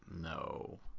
No